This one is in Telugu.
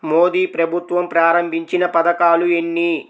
మోదీ ప్రభుత్వం ప్రారంభించిన పథకాలు ఎన్ని?